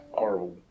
horrible